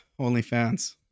OnlyFans